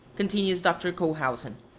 continues dr. cohausen,